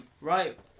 right